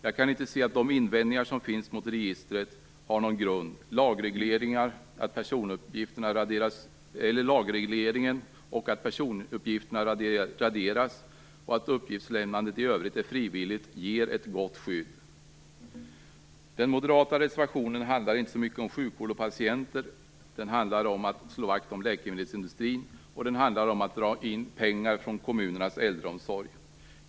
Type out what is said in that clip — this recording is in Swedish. Jag kan inte se att de invändningar som finns mot registret har någon grund. Lagregleringen, att personuppgifterna raderas och att uppgiftslämnandet i övrigt är frivilligt ger ett gott skydd. Den moderata reservationen handlar inte så mycket om sjukvård och patienter, utan den handlar om att slå vakt om läkemedelsindustrin och om att dra in pengar från kommunernas äldreomsorg.